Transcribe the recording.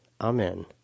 Amen